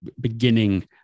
beginning